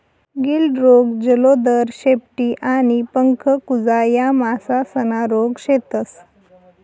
गिल्ड रोग, जलोदर, शेपटी आणि पंख कुजा या मासासना रोग शेतस